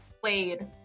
played